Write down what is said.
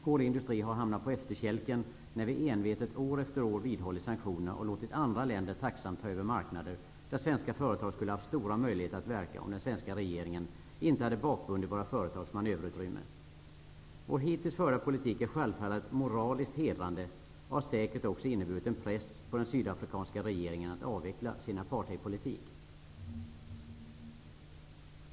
Vår industri har hamnat på efterkälken när vi envetet år efter år har vidhållit sanktionerna. Andra länder har tacksamt tagit över marknader där svenska företag skulle ha haft stora möjligheter att verka om den svenska regeringen inte hade bakbundit företagens manöverutrymmen. Den hittills förda svenska politiken är självfallet moraliskt hedrande och har säkert inneburit en press på den sydafrikanska regeringen att avveckla apartheidpolitiken.